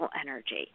energy